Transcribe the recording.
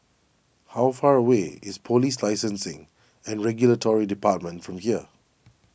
how far away is Police Licensing and Regulatory Department from here